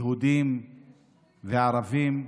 יהודים וערבים,